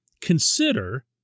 consider